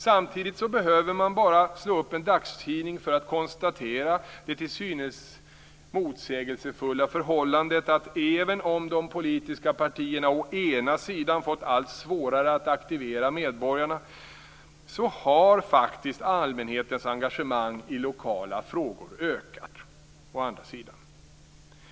Samtidigt behöver man bara slå upp en dagstidning för att konstatera det till synes motsägelsefulla förhållandet att även om de politiska partierna å ena sidan fått allt svårare att aktivera medborgarna har allmänhetens engagemang i lokala frågor å andra sidan faktiskt ökat.